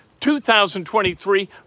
2023